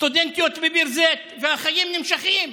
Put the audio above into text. סטודנטיות בביר זית והחיים נמשכים.